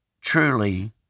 truly